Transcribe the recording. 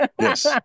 Yes